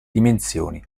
dimensioni